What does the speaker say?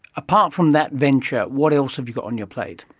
apart from that venture, what else have you got on your plate?